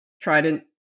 Trident